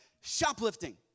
Shoplifting